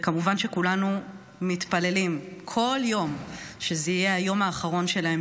וכמובן שכולנו מתפללים כל יום שזה יהיה היום האחרון שלהם